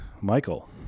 Michael